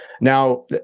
Now